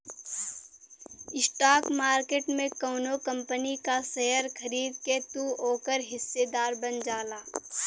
stock market में कउनो company क शेयर खरीद के तू ओकर हिस्सेदार बन जाला